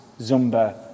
Zumba